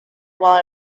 while